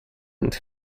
end